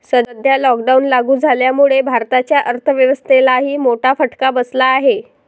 सध्या लॉकडाऊन लागू झाल्यामुळे भारताच्या अर्थव्यवस्थेलाही मोठा फटका बसला आहे